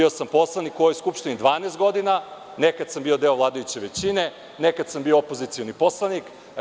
Bio sam poslanik u ovoj Skupštini 12 godina, nekada sam bio deo vladajuće većine, nekada sam bio opozicioni poslanik.